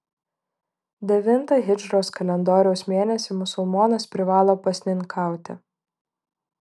devintą hidžros kalendoriaus mėnesį musulmonas privalo pasninkauti